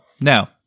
Now